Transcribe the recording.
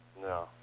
No